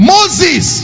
Moses